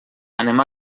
anem